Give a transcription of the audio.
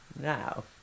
Now